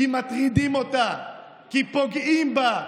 כי מטרידים אותה, כי פוגעים בה,